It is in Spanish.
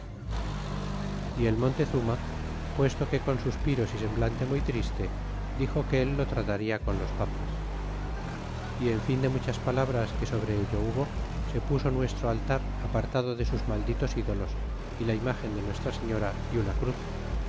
y el mol tezuma puesto que con suspiros y semblante muy triste dixo que él lo trataria con los papas yen fin de muchas palabras que sobre ello hubo se puso nuestro altar apartado de sus malditos ídolos y la imagen de nuestra señora y una cruz